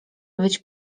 być